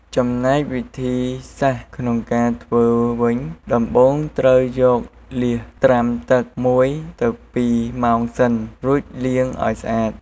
ចំណែកវិធីសាស្រ្តក្នុងការធ្វើវិញ ដំបូងត្រូវយកលៀសត្រាំទឹក១ទៅ២ម៉ោងសិន រួចលាងឲ្យស្អាត។